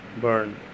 burn